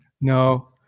No